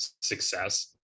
success